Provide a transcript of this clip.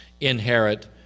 inherit